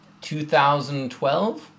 2012